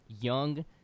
young